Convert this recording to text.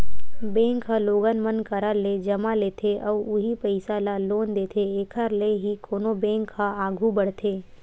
bank ह लोगन मन करा ले जमा लेथे अउ उहीं पइसा ल लोन देथे एखर ले ही कोनो बेंक ह आघू बड़थे